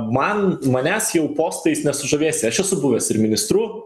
man manęs jau postais nesužavėsi aš esu buvęs ir ministru